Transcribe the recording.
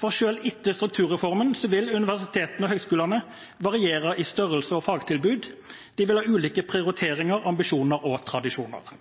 For selv etter strukturreformen vil universitetene og høyskolene variere i størrelse og i fagtilbud og ha ulike prioriteringer, ambisjoner og tradisjoner.